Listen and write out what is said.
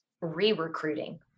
re-recruiting